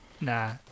nah